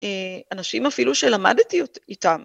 אנשים אפילו שלמדתי איתם.